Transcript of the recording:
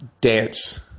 dance